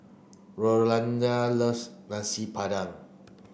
Rolanda loves Nasi Padang